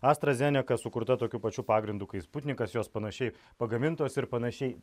astra zeneka sukurta tokiu pačiu pagrindu kaip sputnikas jos panašiai pagamintos ir panašiai